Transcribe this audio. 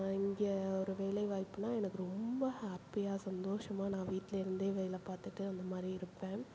இங்கே ஒரு வேலை வாய்ப்புனா எனக்கு ரொம்ப ஹாப்பியாக சந்தோஷமாக நான் வீட்டில் இருந்தே வேலை பார்த்துட்டு அந்த மாதிரி இருப்பேன்